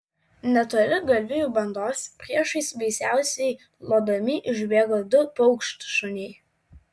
netoli galvijų bandos priešais baisiausiai lodami išbėgo du paukštšuniai